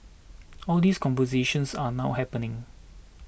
all these conversations are now happening